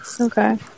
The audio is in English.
Okay